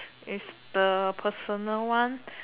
is the personal one